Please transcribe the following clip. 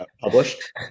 published